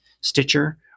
Stitcher